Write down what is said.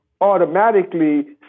automatically